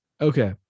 Okay